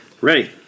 Ready